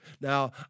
Now